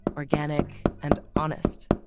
organic and honest.